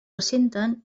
ressenten